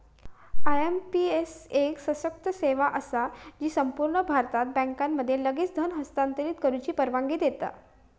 IMPS एक सशक्त सेवा असा जी संपूर्ण भारतात बँकांमध्ये लगेच धन हस्तांतरित करुची परवानगी देता